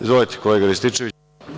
Izvolite, kolega Rističeviću.